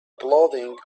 clothing